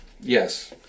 Yes